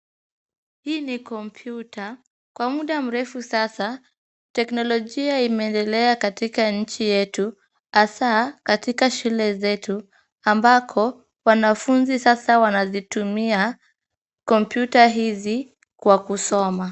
Hii ni kompyuta. Kwa muda mrefu sasa, teknolojia imeendelea katika nchi yetu hasa katika shule zetu, ambako wanafunzi sasa wanazitumia kompyuta hizi kwa kusoma.